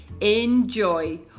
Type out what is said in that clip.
enjoy